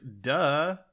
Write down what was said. duh